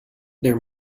their